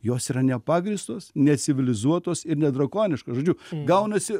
jos yra nepagrįstos necivilizuotos ir nedrakoniškos žodžiu gaunasi